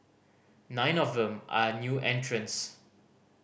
nine of them are new entrants